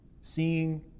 seeing